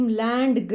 land